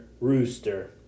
rooster